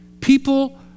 People